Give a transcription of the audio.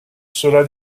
cela